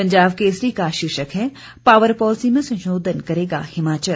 पंजाब केसरी का शीर्षक है पावर पॉलिसी में संशोधन करेगा हिमाचल